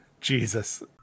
Jesus